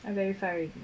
I verify already